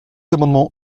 amendement